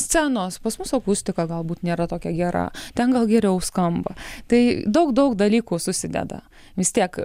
scenos pas mus akustika galbūt nėra tokia gera ten gal geriau skamba tai daug daug dalykų susideda vis tiek